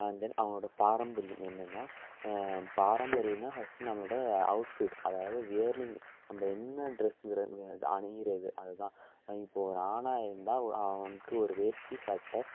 and then அவர்களோட பாரம்பரியம் என்னென்னா பாரம்பரியம்னால் ஃபஸ்ட்டு நம்மளோடய அவுட் ஃபிட் அதாவது வேர்லிங் நம்ம என்ன ட்ரஸ் அணிகிறது அது தான் இப்போது ஒரு ஆணாக இருந்தால் அ அவனுக்கு ஒரு வேஷ்டி சட்டை